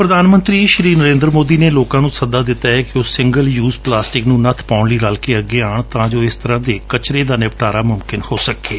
ਪ੍ਰਧਾਨ ਮੰਤਰੀ ਨਰੇਂਦਰ ਮੋਦੀ ਨੇ ਲੋਕਾਂ ਨੂੰ ਸੱਦਾ ਦਿੱਤੈ ਕਿ ਉਹ ਸਿੰਗਲ ਯੁਜ ਪਲਾਸਟਿਕ ਨੂੰ ਨੱਬ ਪਾਉਣ ਲਈ ਰਲ ਕੇ ਅੱਗੇ ਆਉਣ ਤਾਂ ਜੋ ਇਸ ਤਰਾਂ ਦੇ ਕਚਰੇ ਤੋਂ ਨਿਬਟਾਰਾ ਮੁਮਕਿਨ ਹੋ ਸਕੇ